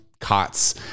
cots